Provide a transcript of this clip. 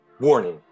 warning